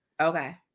Okay